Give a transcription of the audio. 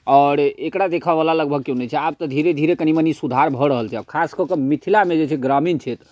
आओर एकरा देखऽवला लगभग केओ नहि छै आब तऽ धीरे धीरे कनि मनि सुधार भऽ रहल छै खास कऽ कऽ मिथिलामे जे छै ग्रामीण क्षेत्र